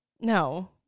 No